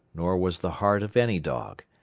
nor was the heart of any dog.